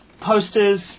Posters